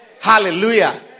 Hallelujah